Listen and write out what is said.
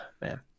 man